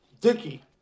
Dicky